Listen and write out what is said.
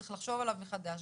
צריך לחשוב עליו מחדש,